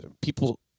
People